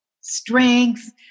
strength